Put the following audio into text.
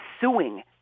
suing